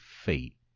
feet